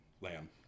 lamb